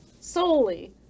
solely